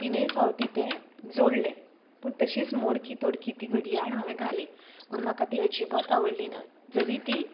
तिनूय फावटी तें जोडलें पूण तशींच मोडकी तोडकी ती घडयाळ हांवें घाली पूण म्हाका ती अजिबात आवडली ना जरी ती